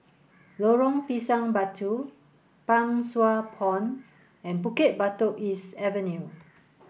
Lorong Pisang Batu Pang Sua Pond and Bukit Batok East Avenue